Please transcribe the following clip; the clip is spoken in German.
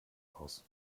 aus